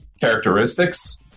characteristics